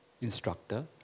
instructor